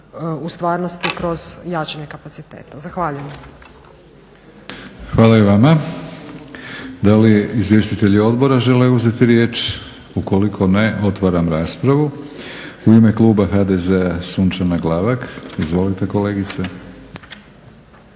u stvarnosti kroz jačanje kapaciteta. Zahvaljujem. **Batinić, Milorad (HNS)** Hvala i vama. Da li izvjestitelji odbora žele uzeti riječ? Ukoliko ne otvaram raspravu. U ime kluba HDZ-a Sunčana Glavak. Izvolite kolegice.